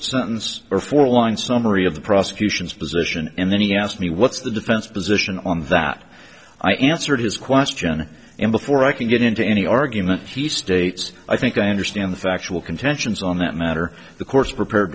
or four line summary of the prosecution's position and then he asked me what's the defense position on that i answered his question and before i can get into any argument he states i think i understand the factual contentions on that matter the court's prepared